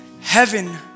heaven